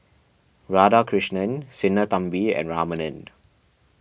Radhakrishnan Sinnathamby and Ramanand